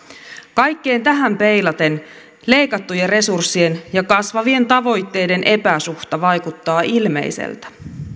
kaikkeen tähän peilaten leikattujen resurssien ja kasvavien tavoitteiden epäsuhta vaikuttaa ilmeiseltä